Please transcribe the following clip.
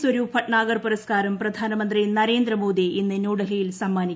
സ്വരൂപ് ഭട്ട്നാഗർ പുരസ്കാരം പ്രിയ്ർന്മന്ത്രി നരേന്ദ്രമോദി ഇന്ന് ന്യൂഡൽഹിയിൽ സമ്മാനിക്കും